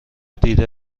دیده